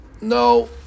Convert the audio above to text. No